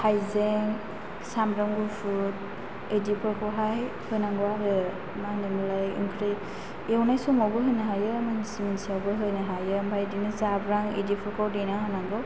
हाइजें सामब्राम गुफुर इदिफोरखौहाय होनांगौ आरो मा होनो मोनलाय ओंख्रि एवनाय समावबो होनो हायो मोनसि मोनसियावबो होनो हायो ओमफ्राय बिदिनो जाब्रां इदिफोरखौ देनानै होनांगौ